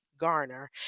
Garner